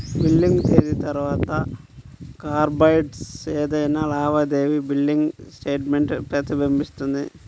billing తేదీ తర్వాత కార్డ్పై ఏదైనా లావాదేవీ బిల్లింగ్ స్టేట్మెంట్ ప్రతిబింబిస్తుంది